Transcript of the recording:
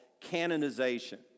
canonization